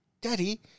Daddy